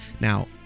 Now